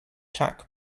jack